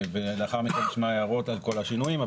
ולאחר מכן נשמע הערות על כל השינויים,